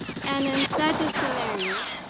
and in such a scenario,